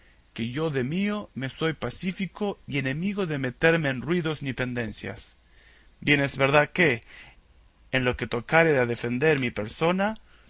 que yo de mío me soy pacífico y enemigo de meterme en ruidos ni pendencias bien es verdad que en lo que tocare a defender mi persona